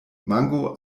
mango